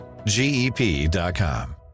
GEP.com